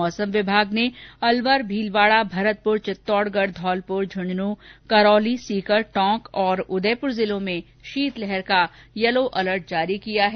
मौसम विभाग ने अलवर भीलवाड़ा भरतप्र चित्तौडगढ़ धौलप्र झुझुंनू करौली सीकर टोंक और उदयपुर जिलों में शीतलहर का यलो अलर्ट जारी किया गया है